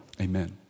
Amen